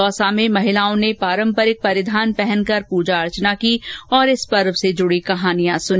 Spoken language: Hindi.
दौसा में महिलाओं ने पारंपरिक परिधान पहन कर पूजा की ओर इस पर्व से जुड़ी कहानियां सुनी